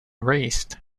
raced